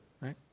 right